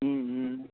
ம்ம்